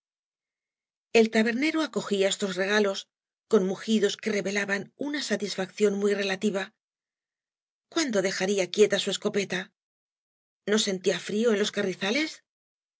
ei tabernero acogía estos regalos con mugidos que revelaban una satisfacción muy relativa cuándo dejaría quieta su escopeta no sentía frío en los carrizales